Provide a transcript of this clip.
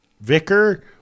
Vicar